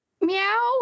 meow